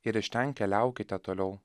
ir iš ten keliaukite toliau